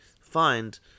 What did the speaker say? find